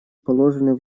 положены